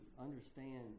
understand